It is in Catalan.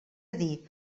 dir